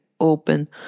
open